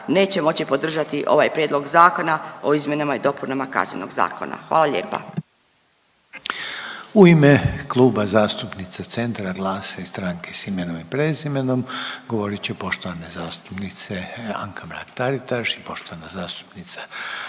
neće moći podržati ovaj Prijedlog zakona o izmjenama i dopunama Kaznenog zakona. Hvala lijepa.